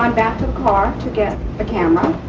um back to the car to get a camera.